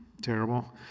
terrible